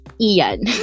Ian